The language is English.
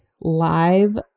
live